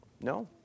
No